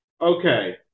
okay